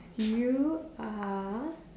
you are